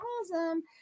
awesome